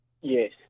Yes